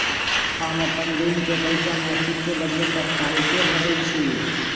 हम अपन ऋण के पइसा मासिक के बदले साप्ताहिके भरई छी